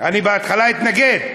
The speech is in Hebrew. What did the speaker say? אני בהתחלה אתנגד.